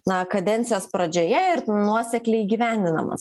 na kadencijos pradžioje ir nuosekliai įgyvendinamas